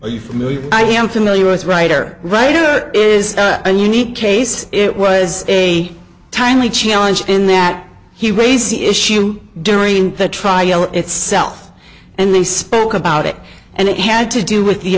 are you familiar i am familiar as writer writer is a unique case it was a timely challenge in that he raised the issue during the trial itself and they spoke about it and it had to do with the